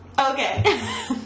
okay